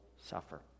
suffer